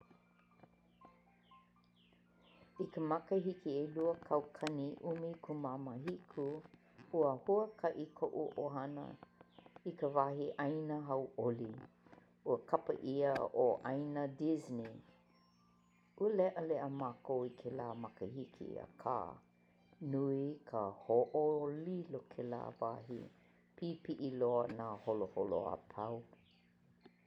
I ka makahiki 'elua kaukani 'umi kumama hiku, ua huaka'i ko'u 'ohana i ka wahi 'āina hau'oli, ua kapa 'ia 'o 'Āina Disney. Ua le'ale'a mākou i kēlā makahiki akā, nui ka ho'olilo kēlā wahi. Pipi'i loa nāholoholo a pau!